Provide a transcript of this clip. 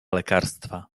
lekarstwa